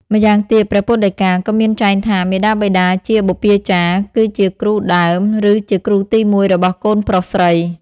ម្យ៉ាងទៀត ព្រះពុទ្ធដីការក៏មានចែងថា មាតាបិតាជាបុព្វាចារ្យ គឺជាគ្រូដើម ឬជាគ្រូទី១របស់កូនប្រុសស្រី ។